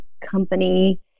company